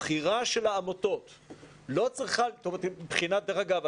דרך אגב,